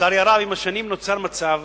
לצערי הרב, עם השנים נוצר מצב